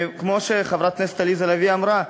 וכמו שחברת הכנסת עליזה לביא אמרה,